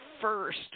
first